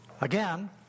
again